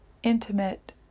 intimate